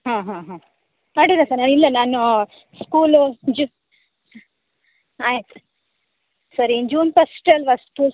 ಹಾಂ ಹಾಂ ಹಾಂ ಅಡ್ಡಿಲ್ಲ ಸರ್ ಇಲ್ಲ ನಾನು ಸ್ಕೂಲು ಜು ಆಯ್ತು ಸರಿ ಜೂನ್ ಫಸ್ಟ್ ಅಲ್ವಾ ಸ್ಕೂಲ್